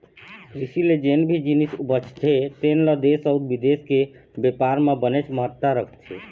कृषि ले जेन भी जिनिस उपजथे तेन ल देश अउ बिदेश के बेपार म बनेच महत्ता रखथे